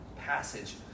passage